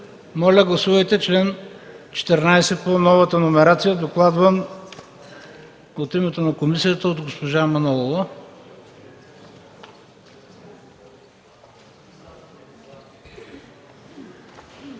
Моля гласувайте чл. 14 по новата номерация, докладван от името на комисията от госпожа Манолова. Гласували